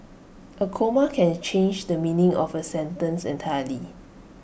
A comma can change the meaning of A sentence entirely